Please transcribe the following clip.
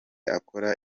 akora